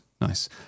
nice